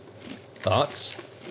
Thoughts